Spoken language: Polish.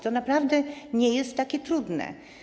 To naprawdę nie jest takie trudne.